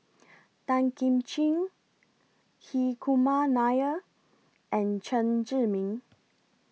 Tan Kim Ching Hri Kumar Nair and Chen Zhiming